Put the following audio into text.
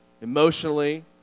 emotionally